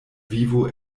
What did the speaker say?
vivo